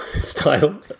style